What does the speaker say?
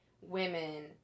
women